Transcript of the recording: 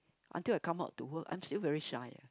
until I come out to work I'm still very shy eh